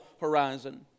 horizon